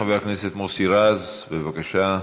חבר הכנסת מוסי רז, בבקשה.